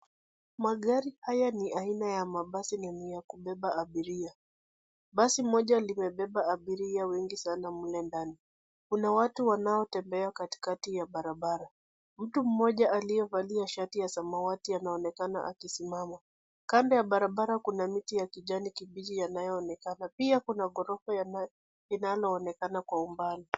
Magari hata ni ya aina ya mabasi na ni ya kubeba abiria. Basi moja limebeba abiria wengi sana mle ndani. Kuna watu wanatembea katikati ya barabara. Mtu mmoja aliyevalia shati ya samawati anaonekana akisimama. Kando ya barabara kuna miti ya kijani kibichi yanayoonekana . Pia kuna ghorofa linaloonekana Kwa umbali.